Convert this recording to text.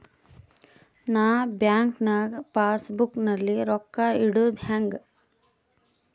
ನಾ ಬ್ಯಾಂಕ್ ನಾಗ passbook ನಲ್ಲಿ ರೊಕ್ಕ ಇಡುದು ಹ್ಯಾಂಗ್?